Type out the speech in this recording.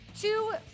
two